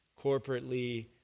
corporately